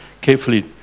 carefully